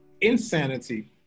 insanity